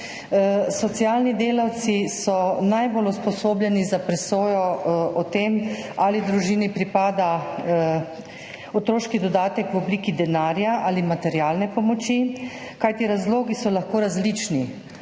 Socialni delavci so najbolj usposobljeni za presojo o tem, ali družini pripada otroški dodatek v obliki denarja ali materialne pomoči, kajti razlogi so lahko različni,